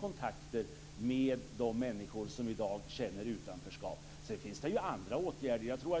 kontakter man får med de människor som i dag känner ett utanförskap. Det finns också andra åtgärder som kan vidtas.